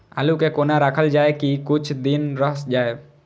आलू के कोना राखल जाय की कुछ दिन रह जाय?